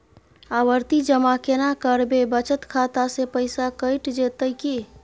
आवर्ति जमा केना करबे बचत खाता से पैसा कैट जेतै की?